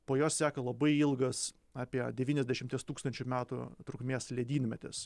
po jos seka labai ilgas apie devyniasdešimties tūkstančių metų trukmės ledynmetis